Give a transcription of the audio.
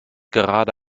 gerade